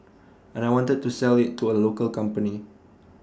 and I wanted to sell IT to A local company